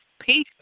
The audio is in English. Peace